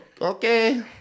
okay